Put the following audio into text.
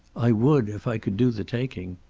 i would, if i could do the taking.